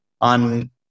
on